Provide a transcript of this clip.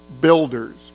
builders